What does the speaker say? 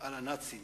על הנאצים.